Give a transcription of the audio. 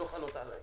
לא חלות עלי.